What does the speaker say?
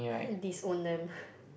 disown them